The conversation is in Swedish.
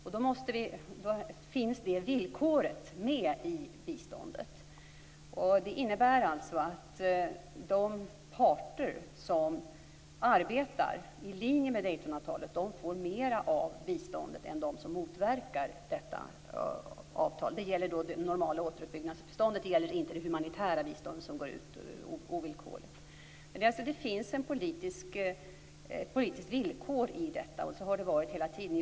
Det villkoret finns med i biståndet. Det innebär att de parter som arbetar i linje med Daytonavtalet får mer av bistånd än de som motverkar detta avtal. Det gäller då det normala återuppbyggnadsbiståndet - inte det humanitära biståndet, som går ut ovillkorligt. Det finns alltså ett politiskt villkor i detta, och så har det varit hela tiden.